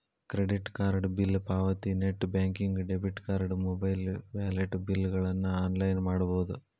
credit card bill ಪಾವತಿ net banking debit card mobile wallet ಬಿಲ್ಗಳನ್ನ online ಮಾಡಬೋದ್